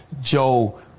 Joe